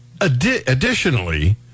additionally